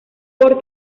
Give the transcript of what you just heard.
corto